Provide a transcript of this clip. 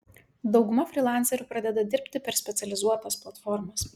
dauguma frylancerių pradeda dirbti per specializuotas platformas